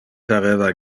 pareva